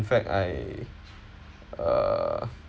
in fact I err